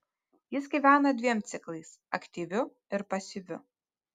jis gyvena dviem ciklais aktyviu ir pasyviu